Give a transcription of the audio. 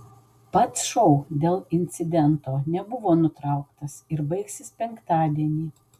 pats šou dėl incidento nebuvo nutrauktas ir baigsis penktadienį